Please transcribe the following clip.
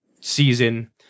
season